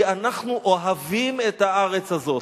כי אנחנו אוהבים את הארץ הזאת.